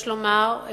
יש לומר,